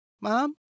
Mom